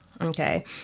Okay